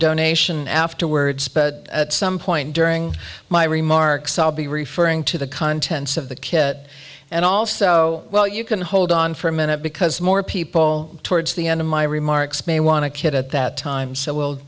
donation afterwards but at some point during my remarks i'll be referring to the contents of the kit and also well you can hold on for a minute because more people towards the end of my remarks may want to kid at that time so we'll